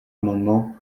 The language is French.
amendement